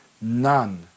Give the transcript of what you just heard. none